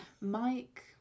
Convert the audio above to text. Mike